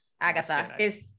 Agatha